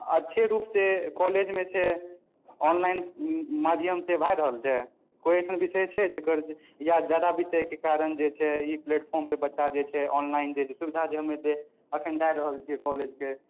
अच्छे रूपसँ कॉलेजमे छै ऑनलाइन माध्यमसँ भए रहल छै कोइ अइसन विषय छै जकर या ज्यादा विषयके कारण जे छै ई प्लेटफॉर्मपर बच्चा जे छै ऑनलाइन सुविधा होइत हेतै अखन दए रहल छियै कॉलेजके